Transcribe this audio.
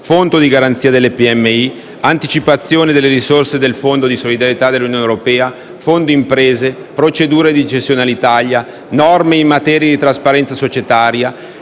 fondo di garanzia delle PMI; anticipazione delle risorse del fondo di solidarietà dell'Unione Europea; fondo imprese; procedura di cessione Alitalia; norme in materia di trasparenza societaria;